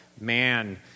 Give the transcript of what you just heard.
Man